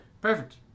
Perfect